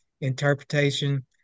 interpretation